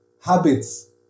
habits